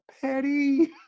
Patty